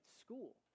school